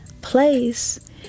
place